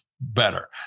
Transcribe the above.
better